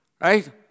right